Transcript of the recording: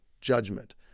judgment